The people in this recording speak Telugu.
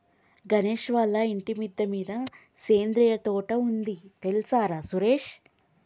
గణేష్ వాళ్ళ ఇంటి మిద్దె మీద సేంద్రియ తోట ఉంది తెల్సార సురేష్